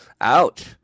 Ouch